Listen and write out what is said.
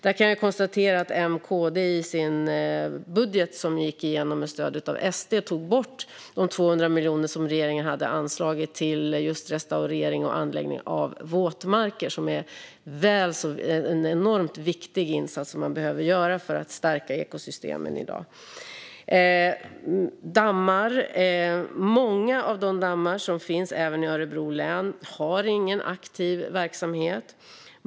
Jag kan konstatera att M och KD i sin budget, som gick igenom med stöd av SD, tog bort de 200 miljoner som regeringen hade anslagit till just restaurering och anläggning av våtmarker. Det är en enormt viktig insats som man behöver göra för att stärka ekosystemen i dag. Många av de dammar som finns, även i Örebro län, har ingen aktiv verksamhet.